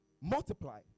multiply